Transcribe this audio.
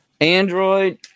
Android